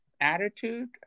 attitude